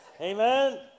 Amen